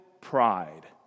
pride